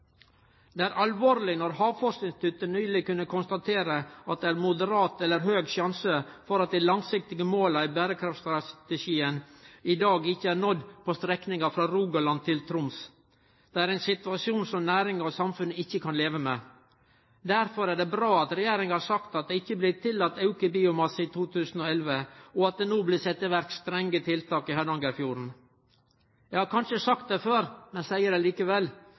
alvorleg når Havforskingsinstituttet nyleg kunne konstatere at det er moderat eller høg sjanse for at dei langsiktige måla i berekraftstrategien i dag ikkje er nådd på strekninga frå Rogaland til Troms. Det er ein situasjon som næringa og samfunnet ikkje kan leve med. Derfor er det bra at regjeringa har sagt at det ikkje blir tillate med auke i biomasse i 2011, og at det no blir sett i verk strenge tiltak i Hardangerfjorden. Eg har kanskje sagt det før, men eg seier det likevel